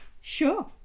Sure